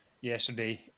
yesterday